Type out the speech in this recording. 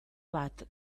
bat